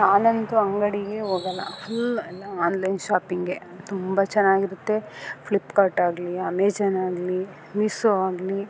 ನಾನಂತೂ ಅಂಗಡಿಗೆ ಹೋಗೋಲ್ಲ ಫುಲ್ ಆನ್ಲೈನ್ ಶಾಪಿಂಗೆ ತುಂಬ ಚೆನ್ನಾಗಿರುತ್ತೆ ಫ್ಲಿಪ್ಕಾರ್ಟಾಗಲೀ ಅಮೆಜಾನಾಗಲೀ ಮೀಸೋ ಆಗಲೀ